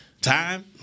Time